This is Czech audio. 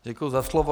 Děkuji za slovo.